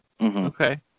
okay